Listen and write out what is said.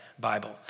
Bible